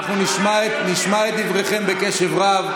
האידיאולוגיה שלו, אנחנו נשמע את דברכם בקשב רב.